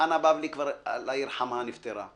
חנה בבלי, אללה ירחמה, כבר נפטרה,